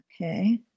Okay